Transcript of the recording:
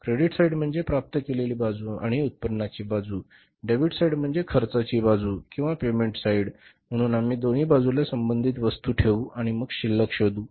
credit side म्हणजे प्राप्त केलेली बाजू किंवा उत्पन्नाची बाजू डेबिट साइड म्हणजे खर्चाची बाजू किंवा पेमेंट साइड म्हणून आम्ही दोन्ही बाजुला संबंधित वस्तू ठेवू आणि मग शिल्लक शोधू